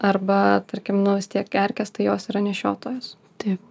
arba tarkim nu vis tiek erkės tai jos yra nešiotojos taip